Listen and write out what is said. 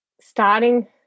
starting